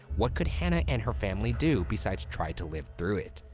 what could hannah and her family do besides try to live through it?